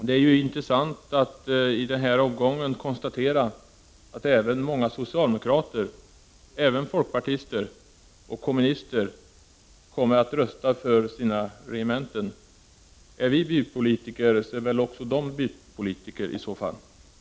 Det är intressant att i denna omgång konstatera att även många socialdemokrater, folkpartister och kommunister kommer att rösta för ett bibehållande av regementen på hemorten. Om vi är bypolitiker, så är i så fall också ni det.